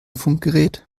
funkgerät